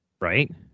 Right